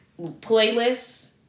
playlists